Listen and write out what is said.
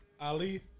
Ali